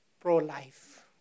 Pro-life